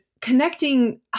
connecting